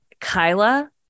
Kyla